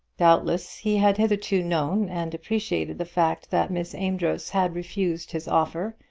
doubtless he had hitherto known and appreciated the fact that miss amedroz had refused his offer,